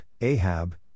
Ahab